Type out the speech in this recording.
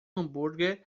hambúrguer